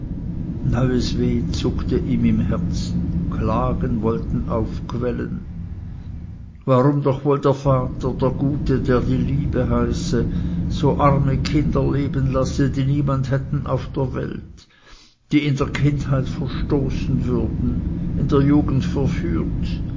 zuckte ihm im herzen klagen wollten aufquellen warum doch wohl der vater der gute der die liebe heiße so arme kinder leben lasse die niemand hätten auf der welt die in der kindheit verstoßen würden in der jugend verführt